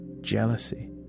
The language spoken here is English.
jealousy